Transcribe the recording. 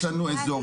יש לנו איזורים.